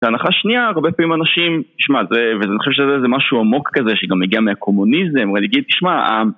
והנחה שנייה הרבה פעמים אנשים, תשמע ואני חושב שזה משהו עמוק כזה שגם מגיע מהקומוניזם, אבל נגיד תשמע